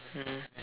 mm